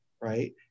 right